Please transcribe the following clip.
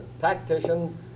tactician